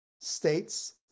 states